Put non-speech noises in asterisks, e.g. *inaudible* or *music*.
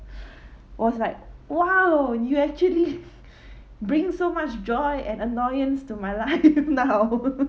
*breath* I was like !wow! you actually *breath* bring so much joy and annoyance to my life now *laughs*